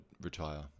retire